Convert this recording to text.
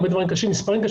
מספרים קשים,